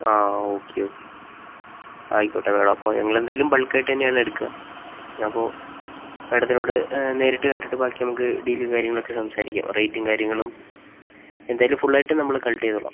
ആ okay okay ആയിക്കോട്ടെ madam അപ്പം ഞങ്ങൾ എന്തായാലും ബൾക്ക് ആയിട്ട് തന്നെയാണ് എടുക്കുക അപ്പോൾ മേഡത്തിനോട് നേരിട്ട് കണ്ടിട്ട് ബാക്കി നമുക്ക് ഡീലും കാര്യങ്ങളൊക്കെ സംസാരിക്കാം റേറ്റും കാര്യങ്ങളും എന്തായാലും ഫുൾ ആയിട്ട് നമ്മൾ കളക്ട് ചെയ്തോളാം